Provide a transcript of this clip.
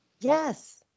Yes